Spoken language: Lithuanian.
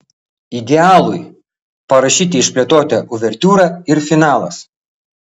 idealui parašyti išplėtota uvertiūra ir finalas